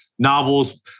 novels